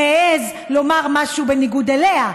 מעז לומר משהו בניגוד אליה,